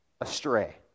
astray